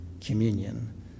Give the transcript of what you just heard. communion